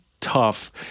Tough